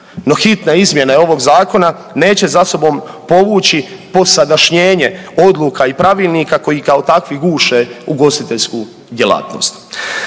No hitne izmjene ovog zakona neće za sobom povući posadašnjenje odluka i pravilnika koji kao takvi guše ugostiteljsku djelatnost.